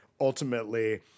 ultimately